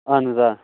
اَہَن حظ آ